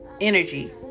energy